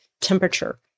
temperature